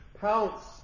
pounce